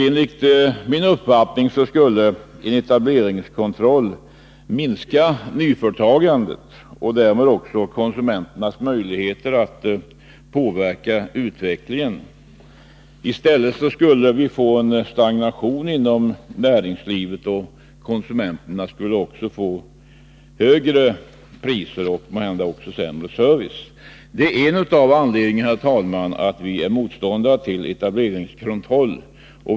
Enligt min uppfattning skulle en etableringskontroll minska nyföretagandet och därmed också konsumenternas möjligheter att påverka utvecklingen. Vi skulle i stället få en stagnation inom näringslivet, och konsumenterna skulle också få högre priser och, måhända, sämre service. Det är en av anledningarna, herr talman, till att vi är motståndare till etableringskontroll.